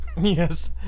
Yes